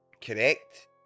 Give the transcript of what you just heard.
Correct